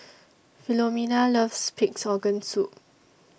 Philomena loves Pig'S Organ Soup